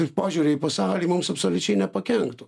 ir požiūrio į pasaulį mums absoliučiai nepakenktų